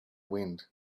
wind